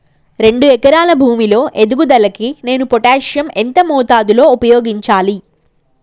రెండు ఎకరాల భూమి లో ఎదుగుదలకి నేను పొటాషియం ఎంత మోతాదు లో ఉపయోగించాలి?